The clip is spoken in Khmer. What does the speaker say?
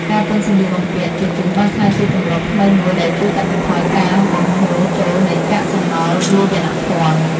ការទិញសម្លៀកបំពាក់ជជុះបានក្លាយជាទម្លាប់ថ្មីមួយដែលជួយកាត់បន្ថយការបង្ហូរចូលនៃកាកសំណល់វាយនភ័ណ្ឌ។